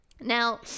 Now